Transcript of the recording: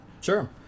Sure